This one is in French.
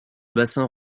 bassins